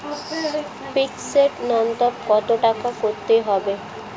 Fixed নুন্যতম কত টাকা করতে হবে?